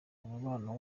umubano